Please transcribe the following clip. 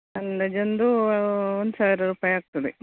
ಅಂದಾಜು ಒಂದು ಒಂದು ಸಾವಿರ ರೂಪಾಯಿ ಆಗ್ತದೆ